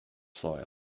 soil